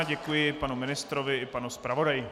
Děkuji panu ministrovi i panu zpravodaji.